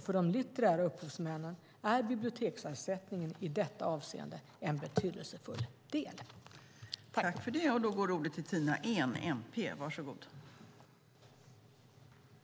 För de litterära upphovsmännen är biblioteksersättningen i detta avseende en betydelsefull del.